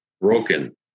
broken